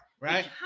right